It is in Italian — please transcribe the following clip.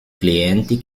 clienti